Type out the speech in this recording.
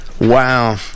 Wow